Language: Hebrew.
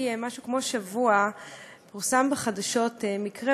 שלוש דקות, גברתי,